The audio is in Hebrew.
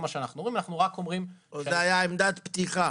אנחנו אומרים --- זו הייתה עמדת הפתיחה,